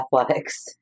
athletics